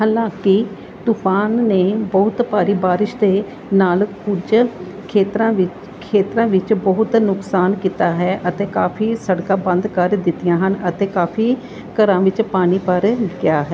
ਹਾਲਾਂਕੀ ਤੂਫਾਨ ਨੇ ਬਹੁਤ ਭਾਰੀ ਬਾਰਿਸ਼ ਦੇ ਨਾਲ ਕੁਝ ਖੇਤਰਾਂ ਵਿ ਖੇਤਰਾਂ ਵਿੱਚ ਬਹੁਤ ਨੁਕਸਾਨ ਕੀਤਾ ਹੈ ਅਤੇ ਕਾਫ਼ੀ ਸੜਕਾਂ ਬੰਦ ਕਰ ਦਿੱਤੀਆਂ ਹਨ ਅਤੇ ਕਾਫ਼ੀ ਘਰਾਂ ਵਿੱਚ ਪਾਣੀ ਭਰ ਗਿਆ ਹੈ